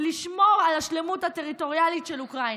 לשמור על השלמות הטריטוריאלית של אוקראינה.